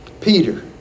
Peter